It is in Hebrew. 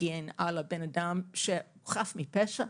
להגן על הבן אדם שחף מפשע,